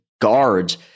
guards